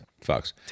Fox